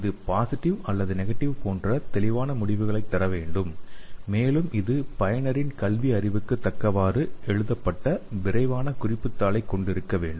இது பாசிட்டிவ் அல்லது நெகட்டிவ் போன்ற தெளிவான முடிவுகளைத் தர வேண்டும் மேலும் இது பயனரின் கல்வி அறிவுக்கு தக்கவாறு எழுதப்பட்ட விரைவான குறிப்பு தாளைக் கொண்டிருக்க வேண்டும்